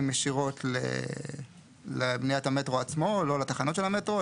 ישירות לבניית המטרו עצמו או לא לתחנות של המטרו,